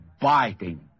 biting